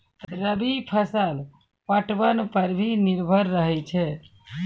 रवि फसल पटबन पर भी निर्भर रहै छै